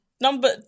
number